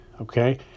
okay